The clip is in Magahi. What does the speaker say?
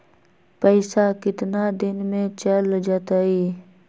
पैसा कितना दिन में चल जतई?